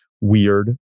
weird